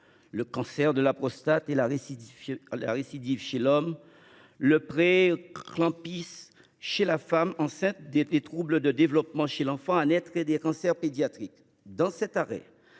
: cancer de la prostate et sa récidive chez l’homme ; prééclampsie chez la femme enceinte ; troubles du développement chez l’enfant à naître et cancers pédiatriques.